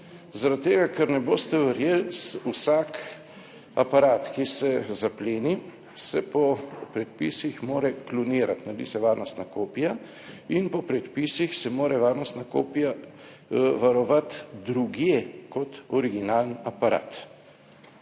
tega, ker, ne boste verjeli, vsak aparat, ki se zapleni, se po predpisih mora klonirati, naredi se varnostna kopija in po predpisih se mora varnostna kopija varovati drugje kot originalni aparat.